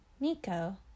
Miko